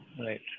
Right